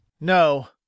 No